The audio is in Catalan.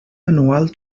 anual